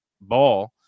ball